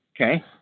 Okay